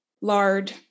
lard